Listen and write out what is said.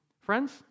Friends